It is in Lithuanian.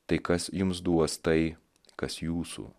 tai kas jums duos tai kas jūsų